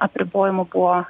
apribojimų po